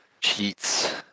cheats